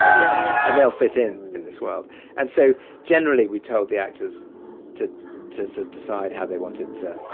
yeah, yeah. and they'll fit in in this world and so generally, we told the actors to to to decide how they wanted to.